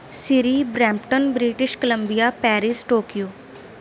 Siri Brampton British Columbia Paris Tokyo